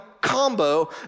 combo